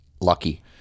lucky